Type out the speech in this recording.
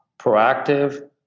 proactive